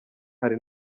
hari